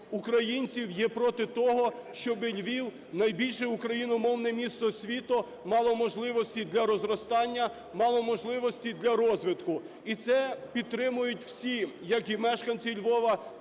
українців є проти того, щоб Львів, найбільше україномовне місто світу, мало можливості для розростання, мало можливості для розвитку? І це підтримують всі: як і мешканці Львова,